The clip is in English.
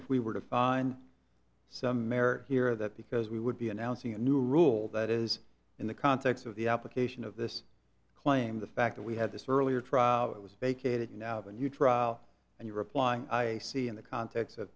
if we were to find some merit here that because we would be announcing a new rule that is in the context of the application of this claim the fact that we had this earlier trial it was vacated now of a new trial and you reply i see in the context of